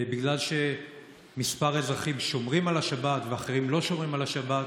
בגלל שכמה אזרחים שומרים על השבת ואחרים לא שומרים על השבת,